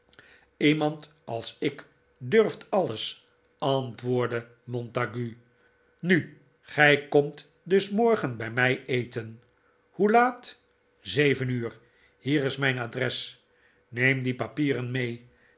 iemand als ik durft alles antwoordde montague nu gij komt dus morgen bij mij eten hoe laat zeven uur hier is mijn adres neem die papieren mee